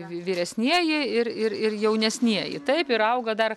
vy vyresnieji ir ir ir jaunesnieji taip ir auga dar